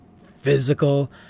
physical